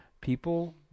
people